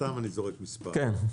סתם אני זורק מספר אלו,